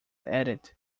added